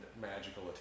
magical